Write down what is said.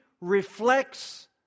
reflects